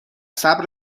صبر